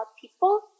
people